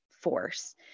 force